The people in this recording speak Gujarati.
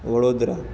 વડોદરા